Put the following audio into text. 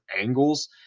angles